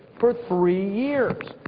for three years.